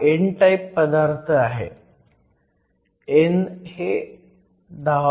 हा n type पदार्थ आहे